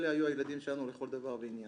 אלה היו הילדים שלנו לכל דבר ועניין.